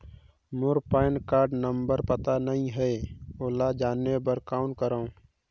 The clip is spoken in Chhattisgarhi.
मोर पैन कारड नंबर पता नहीं है, ओला जाने बर कौन करो?